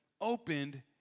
opened